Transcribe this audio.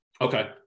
Okay